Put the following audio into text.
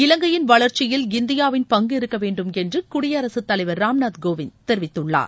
இலங்கையின் வளர்ச்சியில் இந்தியாவின் பங்கு இருக்க வேண்டும் என்று குடியரகத் தலைவர் ராம்நாத் கோவிந்த் தெரிவித்துள்ளார்